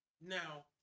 Now